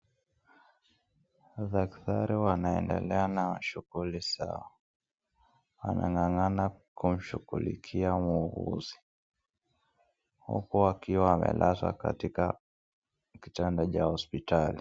Daktari wanaendelea na shughuli zao, wanang'ang'ana kumshighulikia muuguzi uku akiwa amelazwa katika kitanda cha hospitali.